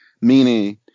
meaning